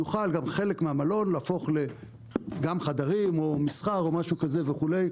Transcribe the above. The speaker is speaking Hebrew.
יוכל גם חלק מהמלון להפוך גם לחדרים או מסחר או משהו כזה וכו'.